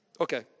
Okay